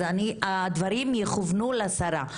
אז הדברים יכוונו לשרה.